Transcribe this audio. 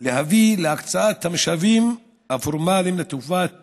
להביא להקצאת המשאבים הפורמליים לטובת